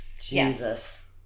Jesus